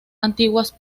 antiguas